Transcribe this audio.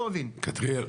כתריאל,